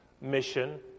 mission